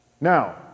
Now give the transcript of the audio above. Now